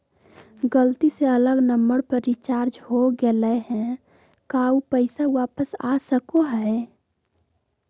गलती से अलग नंबर पर रिचार्ज हो गेलै है का ऊ पैसा वापस आ सको है?